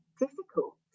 difficult